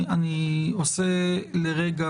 אני עושה לרגע,